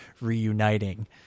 reuniting